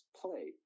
play